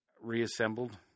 Reassembled